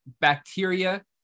bacteria